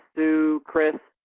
sue, chris,